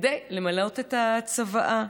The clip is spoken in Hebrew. כדי למלא את הצוואה.